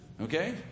okay